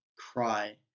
cry